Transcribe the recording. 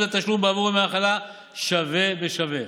התשלום בעבור ימי המחלה שווה בשווה.